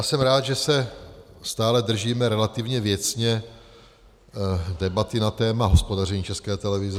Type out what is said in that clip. Jsem rád, že se stále držíme relativně věcně debaty na téma hospodaření České televize.